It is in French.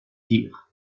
dires